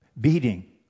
beating